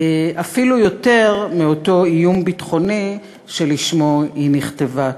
אפילו יותר מאותו איום ביטחוני שלשמו היא נכתבה.